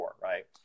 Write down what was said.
right